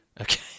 Okay